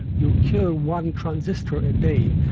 you kill one transistor a day,